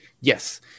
Yes